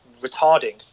retarding